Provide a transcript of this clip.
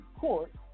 Court